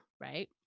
right